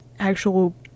actual